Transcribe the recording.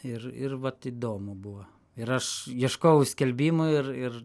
ir ir vat įdomu buvo ir aš ieškojau skelbimų ir ir